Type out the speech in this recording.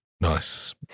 Nice